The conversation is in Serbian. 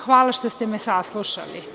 Hvala što ste me saslušali.